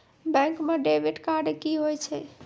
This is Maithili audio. बैंक म डेबिट कार्ड की होय छै?